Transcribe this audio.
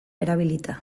erabilita